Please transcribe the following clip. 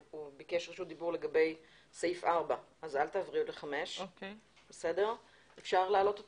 הוא ביקש רשות דיבור לגבי תקנה 4. בבקשה.